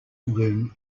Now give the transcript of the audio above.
room